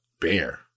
Bear